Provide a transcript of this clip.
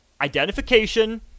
Identification